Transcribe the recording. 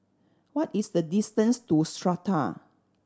what is the distance to Strata